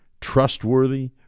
trustworthy